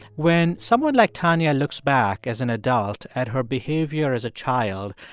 when someone like tanya looks back as an adult at her behavior as a child,